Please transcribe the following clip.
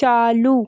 चालू